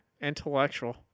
Intellectual